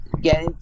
get